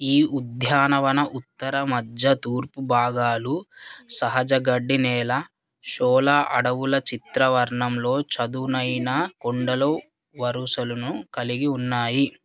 ఈ ఉద్యానవన ఉత్తర మధ్య తూర్పు భాగాలు సహజ గడ్డి నేల షోలా అడవుల చిత్రవర్ణంలో చదునైన కొండలో వరుసలును కలిగి ఉన్నాయి